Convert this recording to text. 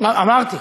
אמרתי.